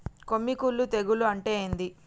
కొమ్మి కుల్లు తెగులు అంటే ఏంది?